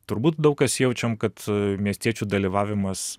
turbūt daug kas jaučiam kad miestiečių dalyvavimas